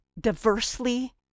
diversely